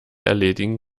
erledigen